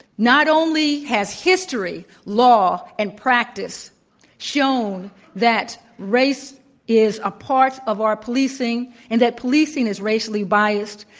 not only has history, law, and practice shown that race is a part of our policing and that policing is racially biased.